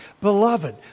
Beloved